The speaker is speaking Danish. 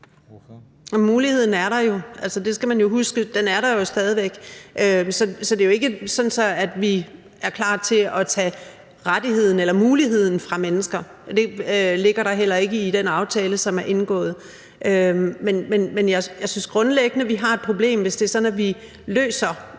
muligheden er der jo. Altså, det skal man jo huske. Den er der stadig væk. Så det er jo ikke sådan, at vi er klar til at tage rettigheden eller muligheden fra mennesker, og det ligger der heller ikke i den aftale, som er indgået. Men jeg synes grundlæggende, vi har et problem, hvis vi ikke anerkender,